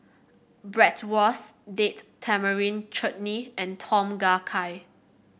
Bratwurst Date Tamarind Chutney and Tom Kha Gai